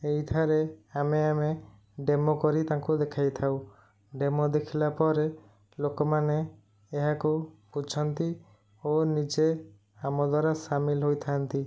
ଏଇଠାରେ ଆମେ ଆମେ ଡେମୋ କରି ତାଙ୍କୁ ଦେଖାଇଥାଉ ଡେମୋ ଦେଖିଲାପରେ ଲୋକମାନେ ଏହାକୁ ବୁଝନ୍ତି ଓ ନିଜେ ଆମଦ୍ଵାରା ସାମିଲ୍ ହୋଇଥାନ୍ତି